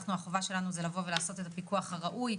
החובה שלנו היא לעשות פיקוח ראוי.